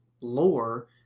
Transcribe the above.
lore